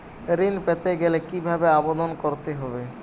ঋণ পেতে গেলে কিভাবে আবেদন করতে হবে?